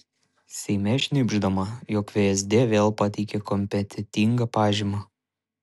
seime šnibždama jog vsd vėl pateikė kompetentingą pažymą